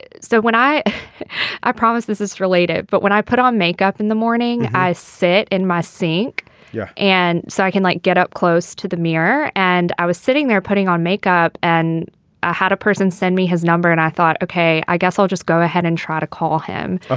ah so when i i promise this is related but when i put on makeup in the morning i sit in my sink yeah and so i can like get up close to the mirror and i was sitting there putting on makeup and i ah had a person send me his number and i thought ok i guess i'll just go ahead and try to call him. ah